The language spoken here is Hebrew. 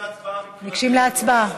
ניגשים להצבעה